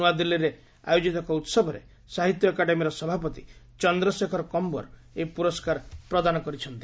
ନୂଆଦିଲ୍ଲୀରେ ଆୟୋଜିତ ଏକ ଉହବରେ ସାହିତ୍ୟ ଏକାଡେମୀର ସଭାପତି ଚନ୍ଦ୍ରଶେଖର କମ୍ବର୍ ଏହି ପୁରସ୍କାର ପ୍ରଦାନ କରିଛନ୍ତି